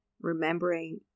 Remembering